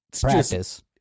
practice